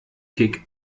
kick